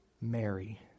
Mary